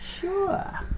Sure